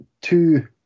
Two